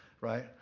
right